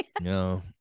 No